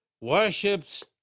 worships